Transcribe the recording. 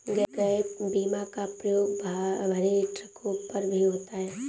gap बीमा का प्रयोग भरी ट्रकों पर भी होता है